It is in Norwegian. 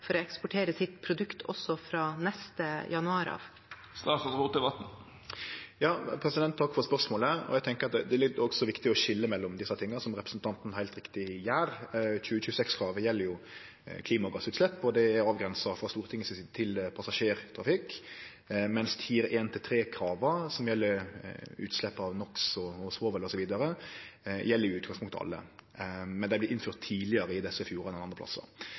for å eksportere sitt produkt også fra neste januar av? Takk for spørsmålet. Eg tenkjer at det er viktig å skilje mellom desse tinga, som representanten heilt riktig gjer. 2026-kravet gjeld klimagassutslepp, og det er avgrensa frå Stortinget si side til passasjertrafikk, mens Tier I–III-krava, som gjeld utslepp av NO x og svovel osv., gjeld i utgangspunktet alle, men det er vorte innført tidlegare i desse fjordane enn andre plassar.